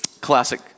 classic